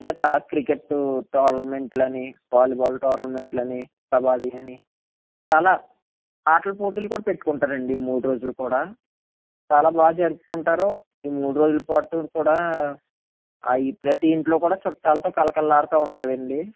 ఇంకా చాలా cricket tournament లని వాలీబాల్ టోర్నమెంట్ లని కబడ్డీ అని చాలా ఆటల పోటీలు కూడా పెట్టుకుంటారండి ఈ మూడు రోజులు కూడా చాలా బాగా జరుపుకుంటారు ఈ మూడు రోజులు పాటు కూడా ఆ ఈ ప్రతి ఇంట్లో కూడా చుట్టాలతో కళకళలాడుతూ ఉంటుంది అండి